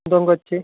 దుంగవచ్చి